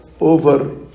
over